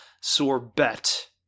sorbet